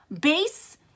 base